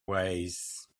ways